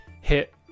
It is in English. hit